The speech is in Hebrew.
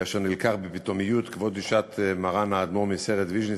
כאשר נלקח בפתאומיות כבוד קדושת מרן האדמו"ר מסערט ויז'ניץ,